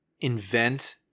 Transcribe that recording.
invent